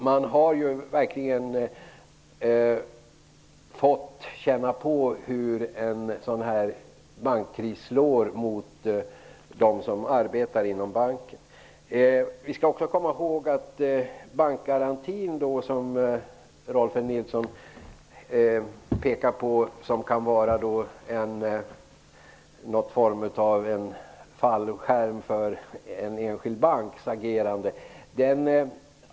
Man har ju verkligen fått känna på hur en sådan här bankkris slår mot dem som arbetar inom banken. Rolf L Nilson pekar på bankgarantin som en form av fallskärm för en enskild banks agerande.